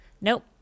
Nope